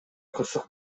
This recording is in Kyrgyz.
кырсык